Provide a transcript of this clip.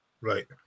Right